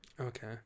Okay